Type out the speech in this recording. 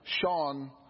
Sean